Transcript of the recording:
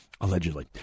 allegedly